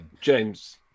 James